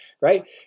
right